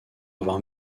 avoir